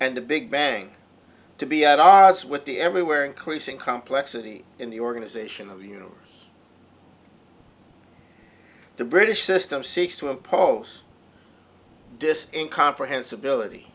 and the big bang to be at odds with the everywhere increasing complexity in the organization of you know the british system seeks to impose this incomprehensibility